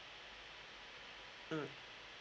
mm